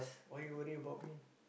why you worry about me